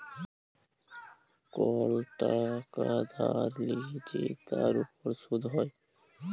call টাকা ধার লিয়ে যে তার উপর শুধ হ্যয়